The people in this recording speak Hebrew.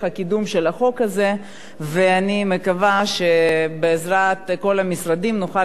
ואני מקווה שבעזרת כל המשרדים נוכל להכניס את החוק הזה לספר החוקים.